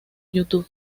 youtube